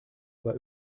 war